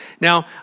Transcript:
Now